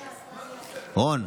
רון,